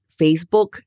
Facebook